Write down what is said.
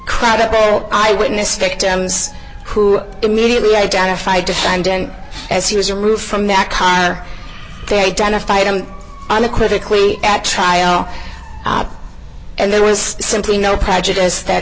credible eyewitness victims who immediately identify defendant as he was a roof from that kind they identified him on a critically at trial and there was simply no prejudice that